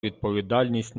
відповідальність